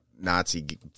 Nazi